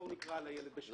בואו נקרא לילד בשמו.